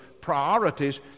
priorities